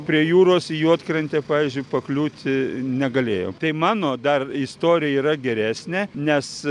prie jūros į juodkrantę pavyzdžiui pakliūti negalėjom tai mano dar istorija yra geresnė nes